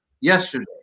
Yesterday